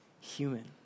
human